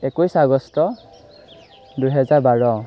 একৈছ আগষ্ট দুহেজাৰ বাৰ